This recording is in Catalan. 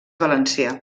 valencià